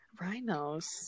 rhinos